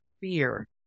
fear